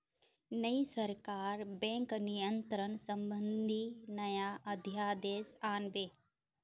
नई सरकार बैंक नियंत्रण संबंधी नया अध्यादेश आन बे